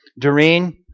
Doreen